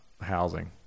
housing